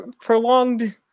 prolonged